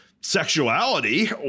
sexuality